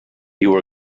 you